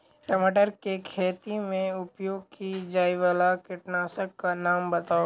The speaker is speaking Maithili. टमाटर केँ खेती मे उपयोग की जायवला कीटनासक कऽ नाम बताऊ?